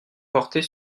porter